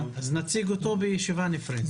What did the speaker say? נציג אותו בישיבה נפרדת.